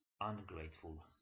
ungrateful